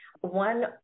One